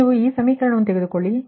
ನೀವು ಈ ಸಮೀಕರಣವನ್ನು ತೆಗೆದುಕೊಳ್ಳಿ